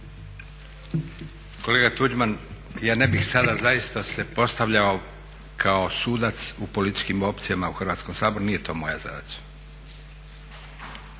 Kolega Tuđman, ja ne bih sada zaista se postavljao kao sudac u političkim opcijama u Hrvatskom saboru, nije to moja zadaća